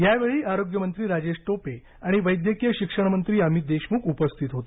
यावेळी आरोग्यमंत्री राजेश टोपे आणि वैद्यकीय शिक्षणमंत्री अमित देशमुख उपस्थित होते